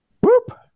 Whoop